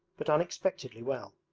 but unexpectedly well.